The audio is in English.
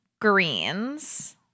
greens